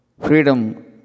Freedom